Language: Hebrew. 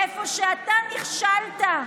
איפה שאתה נכשלת,